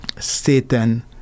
Satan